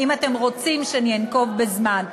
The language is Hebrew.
אם אתם רוצים שאני אנקוב בזמן.